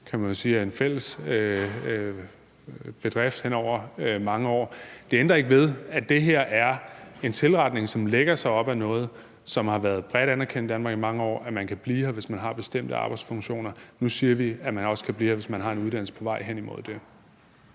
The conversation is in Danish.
kan man jo sige skyldes en fælles bedrift hen over mange år. Det ændrer ikke ved, at det her er en tilretning, som lægger sig op ad noget, som har været bredt anerkendt i Danmark i mange år: at man kan blive her, hvis man har bestemte arbejdsfunktioner. Nu siger vi, at man også kan blive her, hvis man har en uddannelse på vej hen imod det.